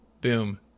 boom